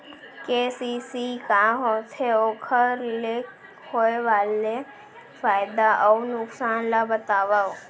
KCC का होथे, ओखर ले होय वाले फायदा अऊ नुकसान ला बतावव?